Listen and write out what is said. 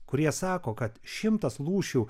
kurie sako kad šimtas lūšių